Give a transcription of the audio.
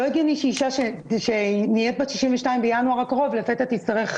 לא הגיוני שאישה שבינואר הקרוב ימלאו